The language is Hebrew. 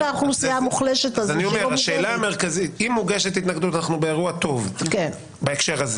אבל כשמגישים את ההתנגדות זה בכל מקרה לא